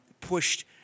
pushed